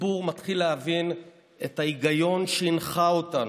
הציבור מתחיל להבין את ההיגיון שהנחה אותנו,